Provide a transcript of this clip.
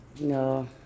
No